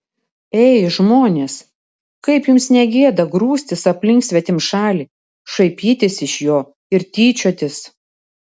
ei žmonės kaip jums ne gėda grūstis aplink svetimšalį šaipytis iš jo ir tyčiotis